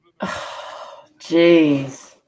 jeez